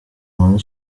nkuru